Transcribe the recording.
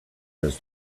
does